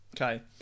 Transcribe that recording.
Okay